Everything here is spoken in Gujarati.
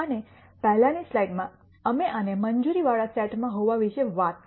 અને પહેલાની સ્લાઈડમાં અમે આને મંજૂરીવાળા સેટમાં હોવા વિશે વાત કરી